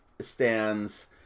stands